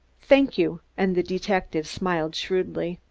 thank you, and the detective smiled shrewdly.